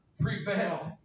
prevail